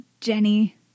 Jenny